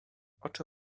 oczy